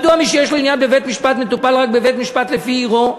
מדוע מי שיש לו עניין בבית-משפט מטופל רק בבית-משפט לפי עירו?